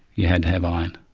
you had to have iron.